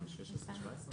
ב-2016.